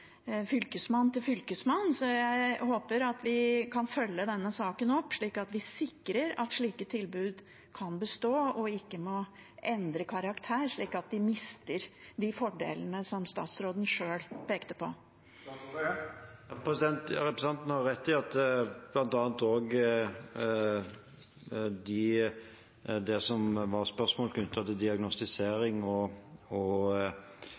fylkesmann til fylkesmann, så jeg håper vi kan følge denne saken opp, slik at vi sikrer at slike tilbud kan bestå og ikke må endre karakter, slik at de mister de fordelene som statsråden sjøl pekte på. Representanten Andersen har rett i at bl.a. spørsmål knyttet til diagnostisering og dokumentasjon, som var